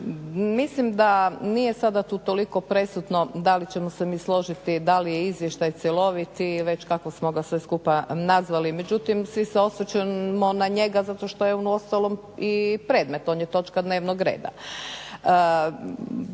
Mislim da nije sada tu toliko presudno da li ćemo se mi složiti, da li je izvještaj cjelovit i već kako smo ga sve skupa nazvali. Međutim, svi se osvrćemo na njega zato što je on uostalom i predmet, on je točka dnevnog reda.